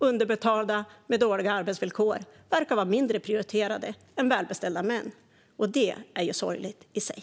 Underbetalda kvinnor med dåliga arbetsvillkor verkar vara mindre prioriterade än välbeställda män, och det är sorgligt i sig.